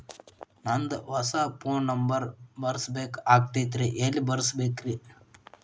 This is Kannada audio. ನಂದ ಹೊಸಾ ಫೋನ್ ನಂಬರ್ ಬರಸಬೇಕ್ ಆಗೈತ್ರಿ ಎಲ್ಲೆ ಬರಸ್ಬೇಕ್ರಿ?